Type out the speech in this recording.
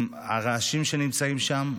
עם הרעשים שיש שם,